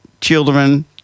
children